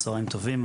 צוהריים טובים,